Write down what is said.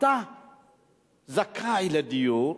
אתה זכאי לדיור,